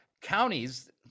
counties